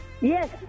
Yes